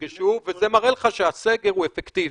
נפגשו, וזה מראה לך שהסגר הוא אפקטיבי.